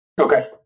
Okay